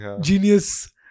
genius